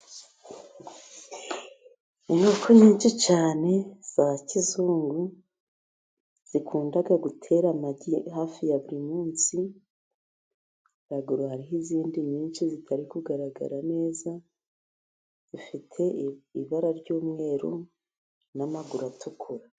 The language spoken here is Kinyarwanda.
Inkoko nyinshi cyane za kizungu, zikunda gutera amagi hafi ya buri munsi, haruguru hariho izindi nyinshi zitari kugaragara neza, zifite ibara ry'umweru n'amaguru atukura.